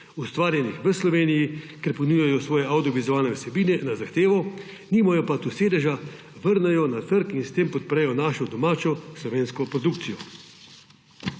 ustvarjenih v Sloveniji, kjer ponujajo svoje avdiovizualne vsebine na zahtevo, nimajo pa tu sedeža, vrnejo na trg in s tem podprejo našo domačo slovensko produkcijo.